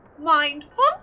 mindful